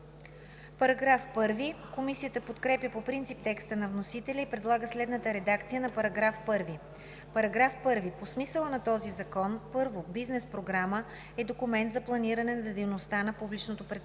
се 4. Комисията подкрепя по принцип текста на вносителя и предлага следната редакция на § 1: „§ 1. По смисъла на този закон: 1. „Бизнес програма“ е документ за планиране на дейността на публичното предприятие